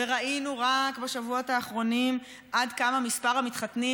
וראינו רק בשבועות האחרונים עד כמה מספר המתחתנים